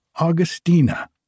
Augustina